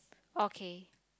okay